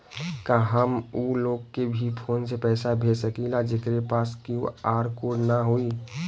का हम ऊ लोग के भी फोन से पैसा भेज सकीला जेकरे पास क्यू.आर कोड न होई?